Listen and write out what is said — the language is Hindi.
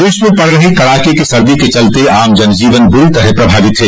प्रदेश में पड़ रही कड़ाके की सर्दी के चलते आम जन जीवन बुरी तरह से प्रभावित है